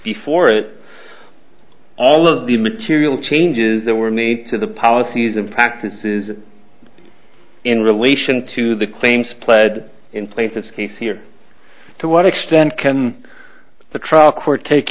before it all of the material changes that were made to the policies and practices in relation to the claims pled in place this case here to what extent can the trial court take